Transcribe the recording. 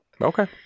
Okay